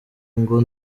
ngo